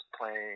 playing